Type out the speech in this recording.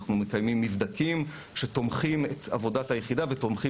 אנחנו מקיימים מבדקים שתומכים את עבודת היחידה ותומכים